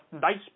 nice